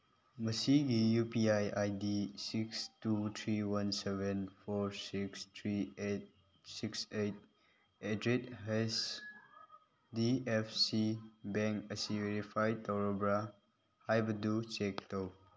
ꯃꯁꯤꯒꯤ U P I I D six two three one seven four six three eight six eight at the rate H D F C bank ꯑꯁꯤ verify ꯇꯧꯔꯕ꯭ꯔꯥ ꯍꯥꯏꯕꯗꯨ check ꯇꯧ